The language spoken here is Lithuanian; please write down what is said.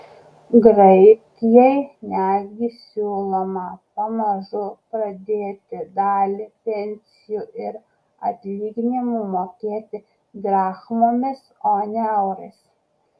graikijai netgi siūloma pamažu pradėti dalį pensijų ir atlyginimų mokėti drachmomis o ne eurais